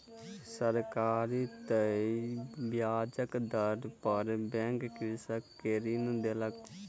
सरकारी तय ब्याज दर पर बैंक कृषक के ऋण देलक